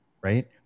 Right